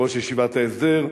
ראש ישיבת ההסדר,